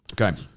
Okay